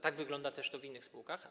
Tak wygląda to w innych spółkach.